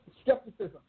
skepticism